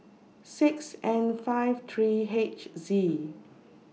six N five three H Z